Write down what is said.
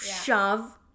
shove